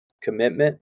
commitment